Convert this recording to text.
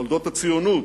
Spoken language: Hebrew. תולדות הציונות,